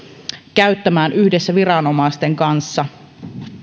käyttämään yhdessä viranomaisten kanssa